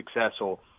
successful